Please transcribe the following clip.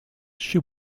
shoe